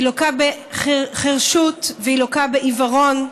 היא לוקה בחירשות והיא לוקה בעיוורון.